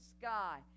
sky